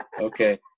Okay